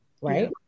right